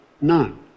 none